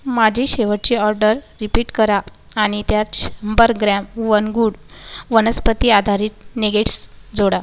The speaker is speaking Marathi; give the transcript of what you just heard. माझी शेवटची ऑर्डर रिपीट करा आणि त्यात शंभर ग्रॅम वन गुड वनस्पती आधारित निगेट्स जोडा